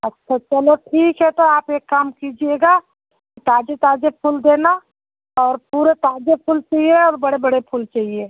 अच्छा चलो ठीक है तो आप एक काम कीजिएगा ताज़े ताज़े फूल देना और पूरे ताज़े फूल चहिए और बड़े बड़े फूल चाहिए